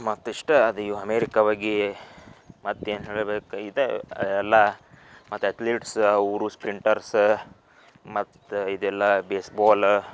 ಮತ್ತು ಇಷ್ಟೇ ಅದೇ ಈ ಅಮೇರಿಕ ಹೋಗೀ ಮತ್ತೇ ಏನು ಹೇಳ್ಬೇಕು ಇದು ಎಲ್ಲ ಮತ್ತೆ ಅತ್ಲೀಟ್ಸ ಊರು ಸ್ಪ್ರಿಂಟರ್ಸ ಮತ್ತು ಇದೆಲ್ಲ ಬೇಸ್ಬಾಲ